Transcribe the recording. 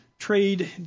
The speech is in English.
trade